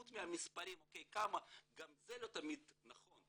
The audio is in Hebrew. חוץ מהמספרים שגם זה לא תמיד נכון.